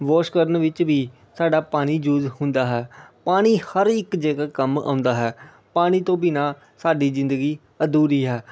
wash ਕਰਨ ਵਿੱਚ ਵੀ ਸਾਡਾ ਪਾਣੀ ਯੂਜ ਹੁੰਦਾ ਹੈ ਪਾਣੀ ਹਰ ਇੱਕ ਜਗ੍ਹਾ ਕੰਮ ਆਉਂਦਾ ਹੈ ਪਾਣੀ ਤੋਂ ਬਿਨਾਂ ਸਾਡੀ ਜ਼ਿੰਦਗੀ ਅਧੂਰੀ ਆ